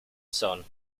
son